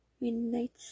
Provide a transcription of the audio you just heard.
midnight